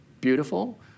beautiful